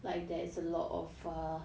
like there's a lot of err